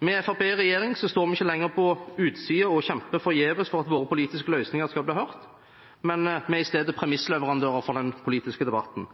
Med Fremskrittspartiet i regjering står vi ikke lenger på utsiden og kjemper forgjeves for at våre politiske løsninger skal bli hørt, men vi er isteden premissleverandører for den politiske debatten.